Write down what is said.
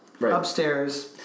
upstairs